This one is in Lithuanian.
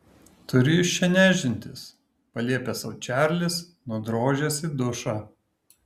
turi iš čia nešdintis paliepė sau čarlis nudrožęs į dušą